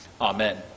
Amen